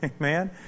Amen